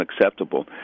unacceptable